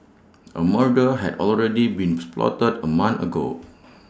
A murder had already beans plotted A month ago